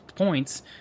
points